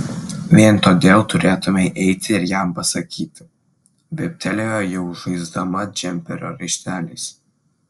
vien todėl turėtumei eiti ir jam pasakyti vyptelėjo jau žaisdama džemperio raišteliais